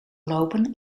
lopen